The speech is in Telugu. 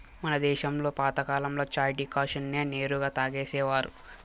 మన దేశంలో పాతకాలంలో చాయ్ డికాషన్ నే నేరుగా తాగేసేవారు